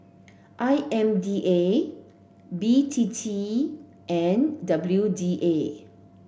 I M D A B T T and W D A